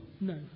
No